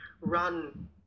run